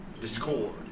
discord